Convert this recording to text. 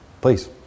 Please